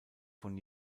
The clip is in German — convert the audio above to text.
von